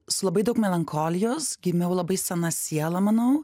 su labai daug melancholijos gimiau labai sena siela manau